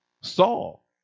Saul